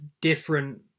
different